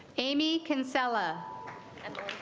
amy kinsella and